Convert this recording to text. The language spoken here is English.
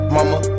Mama